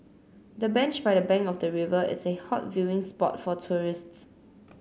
the bench by the bank of the river is a hot viewing spot for tourists